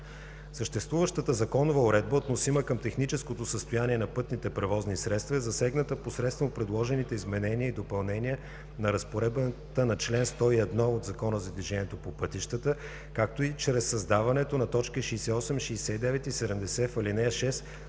Съществуващата законова уредба, относима към техническото състояние на пътните превозни средства, е засегната посредством предложените изменения и допълнения на разпоредбата на чл. 101 от Закона за движение по пътищата, както и чрез създаването на точки 68, 69 и 70 в ал. 6